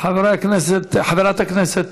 חברת הכנסת